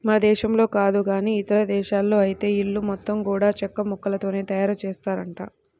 మన దేశంలో కాదు గానీ ఇదేశాల్లో ఐతే ఇల్లు మొత్తం గూడా చెక్కముక్కలతోనే తయారుజేత్తారంట